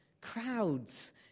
Crowds